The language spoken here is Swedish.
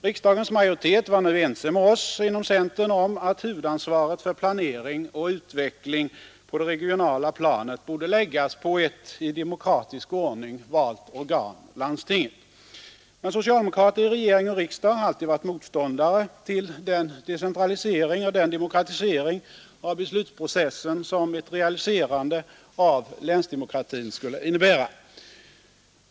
Riksdagens majoritet var nu ense med oss inom centern om att huvudansvaret för planering och utveckling på det regionala planet borde läggas på ett i demokratisk ordning valt organ — landstinget. Men socialdemokrater i regering och riksdag har alltid varit motståndare till den decentralisering och demokratisering av beslutsprocessen som ett realiserande av länsdemokratin skulle innebära.